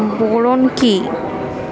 Boron কি?